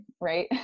right